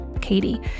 Katie